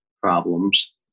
problems